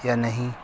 یا نہیں